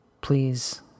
Please